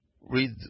read